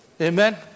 Amen